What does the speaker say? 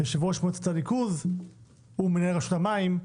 יושב-ראש מועצת הניקוז הוא מנהל רשות המים,